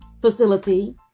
facility